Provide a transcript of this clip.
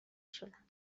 شدم